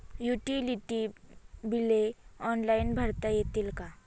Utility बिले online भरता येतील का?